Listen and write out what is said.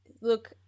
look